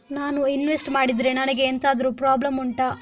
ನಾನು ಇನ್ವೆಸ್ಟ್ ಮಾಡಿದ್ರೆ ನನಗೆ ಎಂತಾದ್ರು ಪ್ರಾಬ್ಲಮ್ ಉಂಟಾ